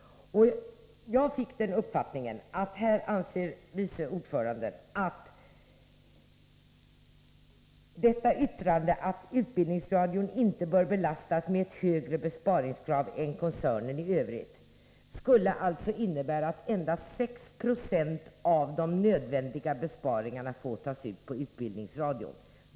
Jag fick uppfattningen att vice ordförandens yttrande — att utbildningsradion inte bör belastas med en högre besparing än koncernen i övrigt — skulle innebära, att endast 6 20 av de nödvändiga besparingarna får tas ut på utbildningsradion.